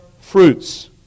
fruits